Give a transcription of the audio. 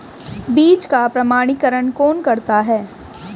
बीज का प्रमाणीकरण कौन करता है?